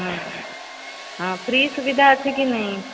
ହଁ ହଁ ଫ୍ରି ସୁବିଧା ଅଛି କି ନାହିଁ